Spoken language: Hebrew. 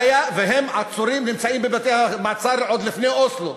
והם עצורים, נמצאים בבתי-המעצר עוד מלפני אוסלו.